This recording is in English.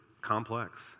complex